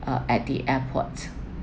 uh at the airport